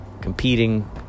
Competing